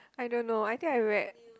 I don't know I think I read